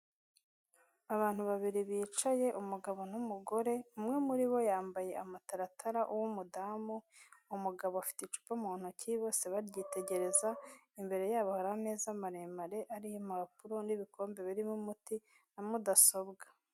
Abantu babiri bicaye, umugabo n'umugore, umwe muri bo yambaye amataratara uw'umudamu, umugabo afite icupa mu ntoki, bose baryitegereza, imbere yabo hari ameza maremare ariho impapuro, n'ibikombe birimo umuti, na mudasobwa.